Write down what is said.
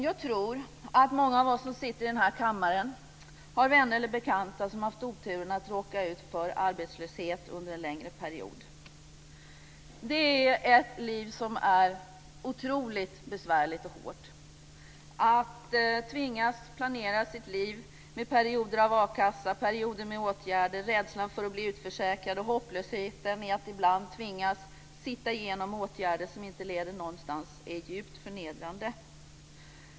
Jag tror att många av oss som sitter i den här kammaren har vänner eller bekanta som har haft oturen att råka ut för arbetslöshet under en längre period. Det är ett liv som är otroligt besvärligt och hårt. Att tvingas planera sitt liv med perioder av akassa, perioder med åtgärder, rädslan att bli utförsäkrad och hopplösheten i att ibland tvingas sitta igenom åtgärder som inte leder någonstans är djupt förnedrande.